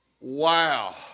wow